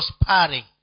prospering